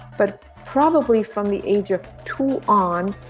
but probably from the age of two on,